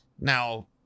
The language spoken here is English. Now